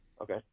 Okay